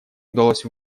удалось